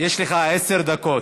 יש לך עשר דקות.